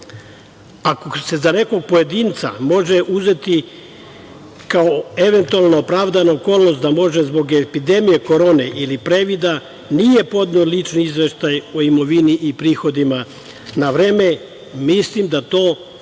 68.Ako se za nekog pojedinca može uzeti kao eventualna opravdana okolnost da može zbog epidemije korone ili previda, nije podneo lični izveštaj o imovini i prihodima na vreme, mislim da to ne